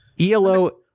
ELO